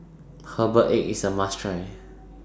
Herbal Egg IS A must Try